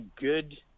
good